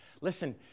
Listen